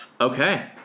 Okay